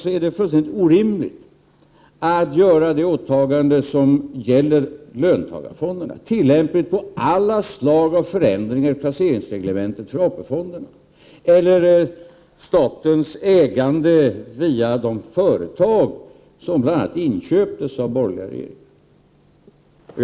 Det är därmed fullständigt orimligt att göra det åtagande som gäller löntagarfonderna tillämpligt på alla slag av förändringar av placeringsreglementet för AP-fonderna eller statens ägande via de företag som bl.a. inköptes av borgerliga regeringar.